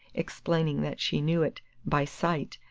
explaining that she knew it by sight,